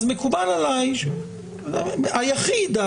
היחיד,